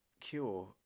cure